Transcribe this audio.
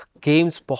games